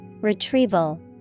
retrieval